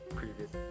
previous